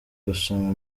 gusoma